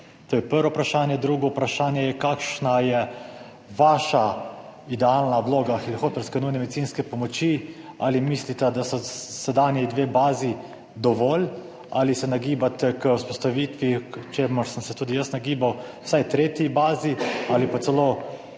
To je prvo vprašanje. Drugo vprašanje je: Kakšna je vaša idealna vloga helikopterske nujne medicinske pomoči? Ali mislite, da sta sedanji dve bazi dovolj ali se nagibate k vzpostavitvi, k čemur sem se tudi jaz nagibal, vsaj tretje baze ali pa celo